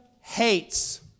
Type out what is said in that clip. hates